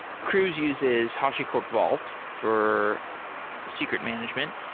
cruise uses hashicorp vault for secret management.